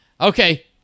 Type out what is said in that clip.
Okay